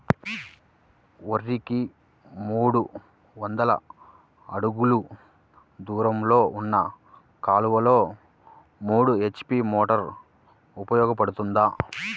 వరికి మూడు వందల అడుగులు దూరంలో ఉన్న కాలువలో మూడు హెచ్.పీ మోటార్ ఉపయోగపడుతుందా?